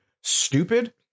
stupid